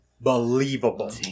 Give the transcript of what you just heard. believable